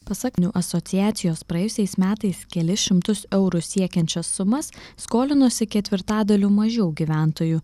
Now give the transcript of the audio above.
pasak niu asociacijos praėjusiais metais kelis šimtus eurų siekiančias sumas skolinosi ketvirtadaliu mažiau gyventojų